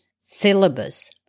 syllabus